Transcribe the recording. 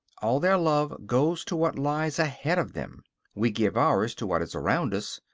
all their love goes to what lies ahead of them we give ours to what is around us.